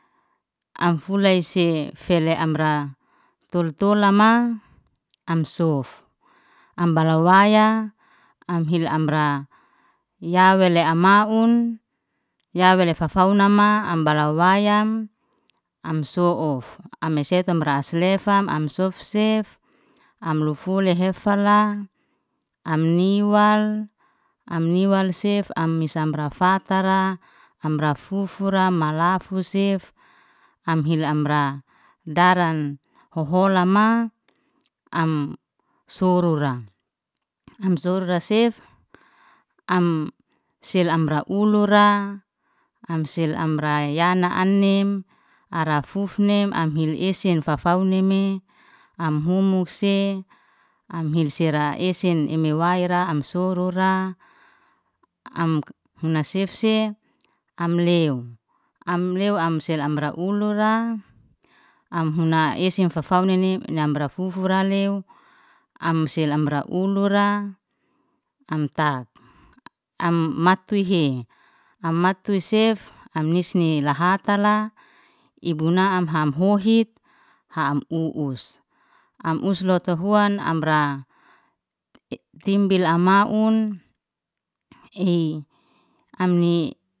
Am fulay se fele amra tul- tulama am sof, am bala waya am hil amra ya wele amaun, ya wele fafau nama am bala wayam, am so'uf am sete amra haslefa, am sosef am lufuley hefala am niwal am niwal sef am mis amra fatara amra fufura malafu sef, am hili amra daran hoholama am surura, am surura sef, am sel amra ulura am sel amra yana anim ara fufnem am hili esen fafaunime am humu sef, am hil sera esen eme waira am surura am huna sefsef amleo, am leo am sel amra ulura am huna esen fafauna nanimni amra fufura leo, am sil amra ulura tak am matuyhi, am maytu sef am nisni lahatala i buna amha am hohit ha'am u'us, am us luto huan amra timbil amaun ehei amni.